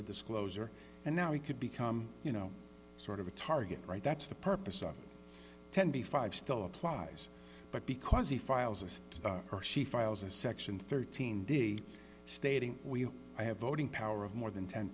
this closer and now he could become you know sort of a target right that's the purpose of ten b five still applies but because he files us or she files a section thirteen d stating we have voting power of more than ten